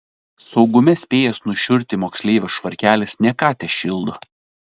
saugume spėjęs nušiurti moksleivio švarkelis ne ką tešildo